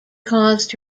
caused